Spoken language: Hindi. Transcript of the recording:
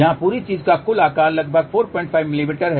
यहाँ पूरी चीज़ का कुल आकार लगभग 45 मिमी है